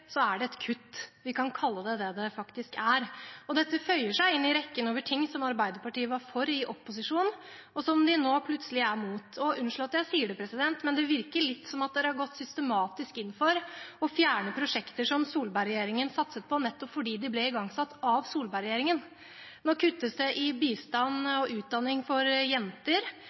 er det et kutt – vi kan kalle det det som det faktisk er. Dette føyer seg inn i rekken av ting som Arbeiderpartiet var for i opposisjon, og som de nå plutselig er imot. Og unnskyld at jeg sier det, men det virker litt som om dere har gått systematisk inn for å fjerne prosjekter som Solberg-regjeringen satset på, nettopp fordi de ble igangsatt av Solberg-regjeringen. Nå kuttes det i bistand og utdanning for jenter,